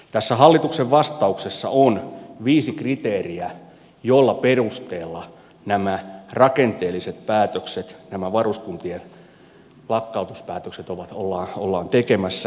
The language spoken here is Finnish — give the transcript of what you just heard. tässä hallituksen vastauksessa on viisi kriteeriä joiden perusteella nämä rakenteelliset päätökset nämä varuskuntien lakkautuspäätökset ollaan tekemässä